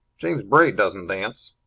james braid doesn't dance.